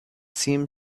seemed